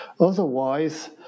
Otherwise